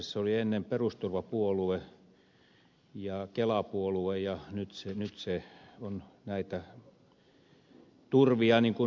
se oli ennen perusturvapuolue ja kela puolue ja nyt se on näitä turvia murentamassa